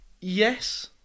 yes